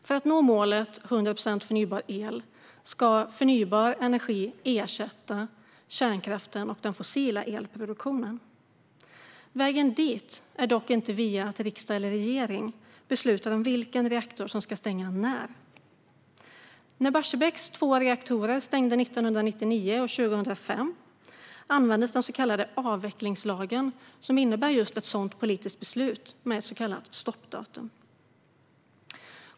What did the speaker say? För att vi ska nå målet om 100 procent förnybar el ska förnybar energi ersätta kärnkraft och fossil elproduktion. Vägen dit går dock inte via att riksdag eller regering beslutar om vilken reaktor som ska stänga när. När Barsebäcks två reaktorer stängdes 1999 och 2005 användes den så kallade avvecklingslagen som innebär just ett sådant politiskt beslut med så kallat stoppdatum.